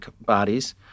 bodies